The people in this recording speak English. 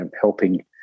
helping